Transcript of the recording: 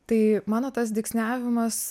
tai mano tas dygsniavimas